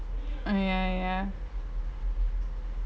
ah ya ya ya